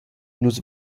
nu’s